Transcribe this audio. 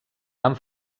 amb